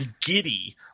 giddy